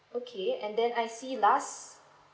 okay and then I see last